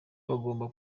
bagomba